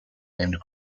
named